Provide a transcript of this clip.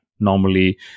normally